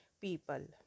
people